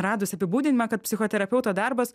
radus apibūdinimą kad psichoterapeuto darbas